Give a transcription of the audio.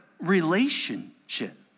relationship